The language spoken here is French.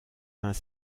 vingt